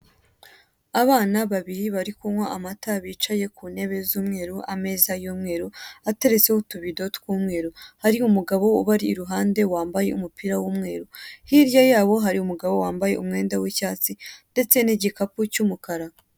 Abana babiri bari kunywa amata, bicaye ku ntebe z'umweru, ameza y'umweru, ateretseho utubido tw'umweru, hari umugabo ubari iruhande wambaye umupira w'umweru, hirya yabo hari umugabo wambaye umwenda w'icyatsi ndetse n'igikapu cy'umukara.